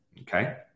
okay